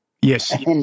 Yes